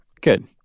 Good